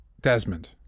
Desmond